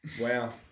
Wow